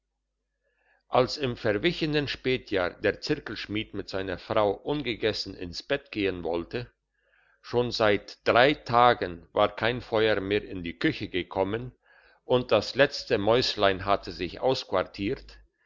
als im verwichenen spätjahr der zirkelschmied mit seiner frau ungegessen ins bett gehen wollte schon seit drei tagen war kein feuer mehr in die küche gekommen und das letzte mäuslein hatte sich ausquartiert